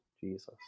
Jesus